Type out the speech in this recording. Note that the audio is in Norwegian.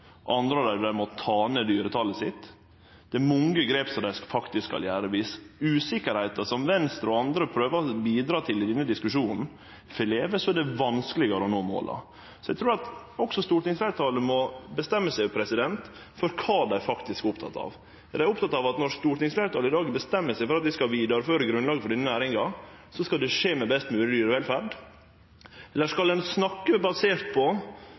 Andre av dei må ta ned dyretalet sitt. Det er faktisk mange grep dei skal ta. Viss usikkerheita som Venstre og andre prøver å bidra til i denne diskusjonen, får leve, er det vanskelegare å nå måla. Eg trur at også stortingsfleirtalet må bestemme seg for kva dei faktisk er opptekne av. Er dei opptekne av at når stortingsfleirtalet i dag bestemmer seg for at vi skal vidareføre grunnlaget for denne næringa, skal det skje med best mogleg dyrevelferd, eller skal ein snakke basert på